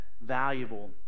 valuable